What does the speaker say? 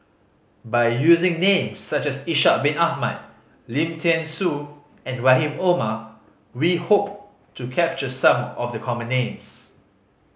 by using names such as Ishak Bin Ahmad Lim Thean Soo and Rahim Omar we hope to capture some of the common names